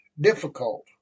difficult